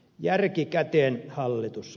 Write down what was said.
järki käteen hallitus